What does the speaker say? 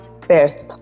first